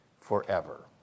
forever